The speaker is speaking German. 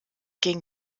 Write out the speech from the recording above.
gegen